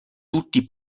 tutti